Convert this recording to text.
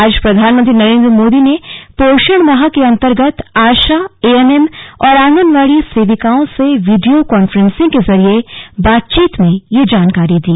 आज प्रधानमंत्री नरेंद्र मोदी ने पोषण माह के अंतर्गत आशा ए एन एम और आंगनवाड़ी सेविकाओं से वीडियो कांफ्रेंसिंग के जरिये बातचीत में ये जानकारी दी